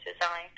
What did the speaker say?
design